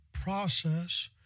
process